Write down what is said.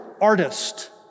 artist